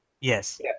Yes